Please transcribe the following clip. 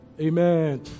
Amen